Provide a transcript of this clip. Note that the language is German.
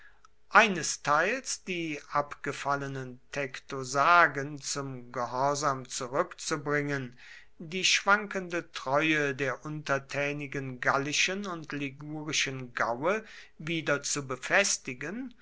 einesteils die abgefallenen tektosagen zum gehorsam zurückzubringen die schwankende treue der untertänigen gallischen und ligurischen gaue wieder zu befestigen